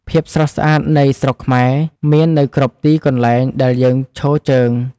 ភាពស្រស់ស្អាតនៃស្រុកខ្មែរ មាននៅគ្រប់ទីកន្លែងដែលយើងឈរជើង។